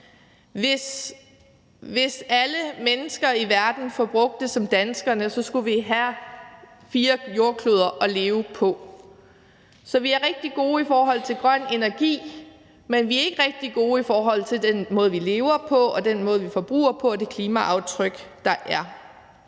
Hvis alle mennesker i verden forbrugte det samme, som danskerne gør, skulle vi have fire jordkloder at leve på. Så vi er rigtig gode i forhold til grøn energi, men vi er ikke rigtig gode i forhold til den måde, vi lever på, og den måde, vi forbruger på, og det klimaaftryk, der er,